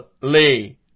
Lee